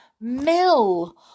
mill